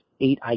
eight